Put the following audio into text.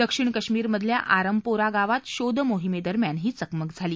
दक्षिण काशमीर मधल्या आरामपोरा गावात शोधमोहीमेदरम्यान ही चकमक झाली